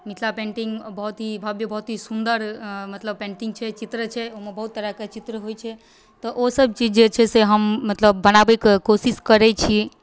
Mithila painting बहुत ही भव्य बहुत ही सुन्दर मतलब पेन्टिंग छै चित्र छै ओहिमे बहुत तरहके चित्र होइ छै तऽ ओसभ चीज जे छै से हम मतलब बनाबैके कोशिश करै छी